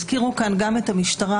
הזכירו כאן גם את המשטרה,